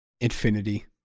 Infinity